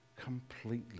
completely